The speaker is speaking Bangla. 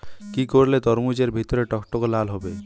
কি করলে তরমুজ এর ভেতর টকটকে লাল হবে?